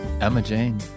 Emma-Jane